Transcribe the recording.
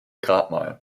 grabmal